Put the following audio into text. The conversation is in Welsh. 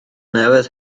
newydd